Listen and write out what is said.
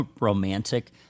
romantic